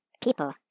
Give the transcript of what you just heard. people